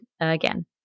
again